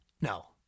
No